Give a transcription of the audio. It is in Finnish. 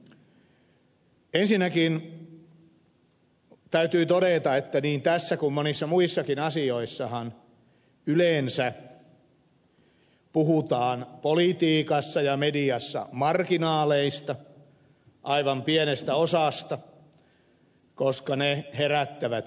ensinnäkin täytyy todeta että niin tässä kuin monissa muissakin asioissa yleensä puhutaan politiikassa ja mediassa marginaaleista aivan pienestä osasta koska ne herättävät kiinnostusta